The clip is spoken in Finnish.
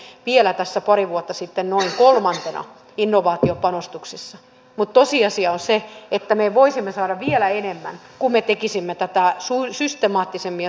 me olimme vielä tässä pari vuotta sitten noin kolmantena innovaatiopanostuksissa mutta tosiasia on se että me voisimme saada vielä enemmän kun me tekisimme tätä systemaattisemmin ja suunnitellummin